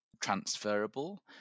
transferable